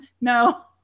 No